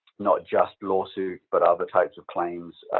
not just lawsuits, but other types of claims,